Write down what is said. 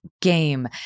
game